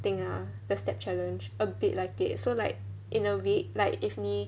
thing lah the step challenge a bit like it so like in a way like if 你